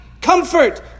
comfort